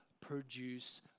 produce